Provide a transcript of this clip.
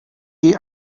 geh